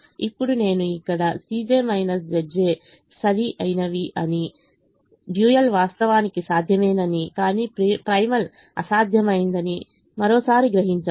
ఇప్పుడు నేను ఇక్కడ Cj Zj's సరి అయినవి అని డ్యూయల్ వాస్తవానికి సాధ్యమేనని కాని ప్రిమాల్ అసాధ్యమైనది అని మరోసారి గ్రహించాను